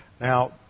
Now